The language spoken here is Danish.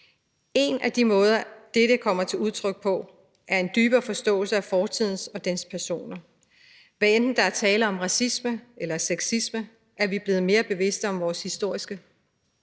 En af de måder, dette kommer til udtryk på, er ved en dybere forståelse af fortiden og dens personer. Hvad enten der er tale om racisme eller sexisme, er vi blevet mere bevidste om vores historiske